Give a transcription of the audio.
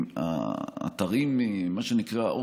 מה שנקרא,